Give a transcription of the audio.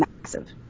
massive